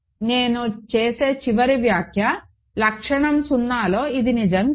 నేను చేసే చివరి వ్యాఖ్య లక్షణం 0లో ఇది నిజం కాదు